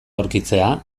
aurkitzea